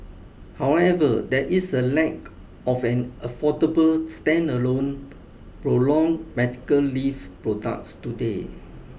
however there is a lack of an affordable standalone prolonged medical leave products today